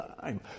time